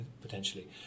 potentially